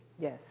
Yes